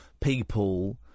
people